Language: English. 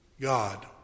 God